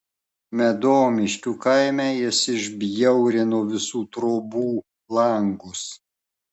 medomiškių kaime jis išbjaurino visų trobų langus